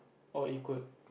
or equal